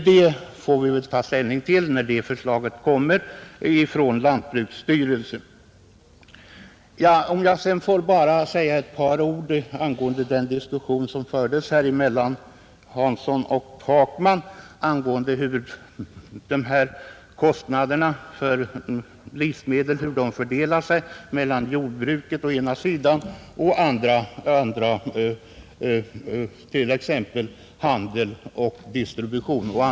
Det får vi väl ta ställning till när förslaget kommer från lantbruksstyrelsen. Låt mig säga ett par ord om den diskussion som fördes mellan herr Hansson i Skegrie och herr Takman om hur kostnaderna för livsmedlen fördelar sig mellan å ena sidan jordbrukarna och å andra sidan t.ex. handel och distribution.